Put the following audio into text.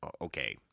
okay